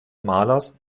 malers